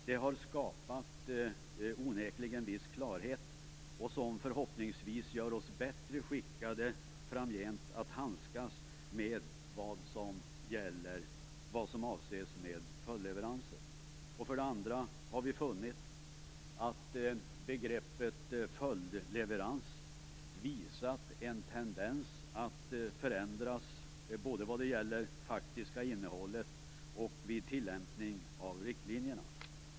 Det har onekligen skapat viss klarhet, som förhoppningsvis gör oss bättre skickade att framgent handskas med vad som avses med följdleveranser. 2. Vi har funnit att begreppet följdleverans visat en tendens att förändras både vad gäller det faktiska innehållet och vid tillämpningen av riktlinjerna.